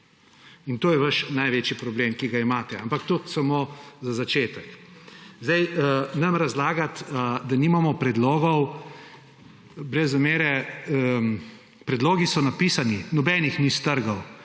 In to je vaš največji problem, ki ga imate, ampak toliko samo za začetek. Nam razlagati, da nimamo predlogov – brez zamere, predlogi so napisani, noben jih ni strgal,